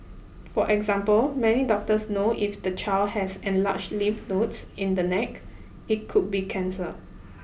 for example many doctors know if the child has enlarged lymph nodes in the neck it could be cancer